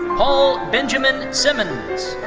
paul benjamin simmons.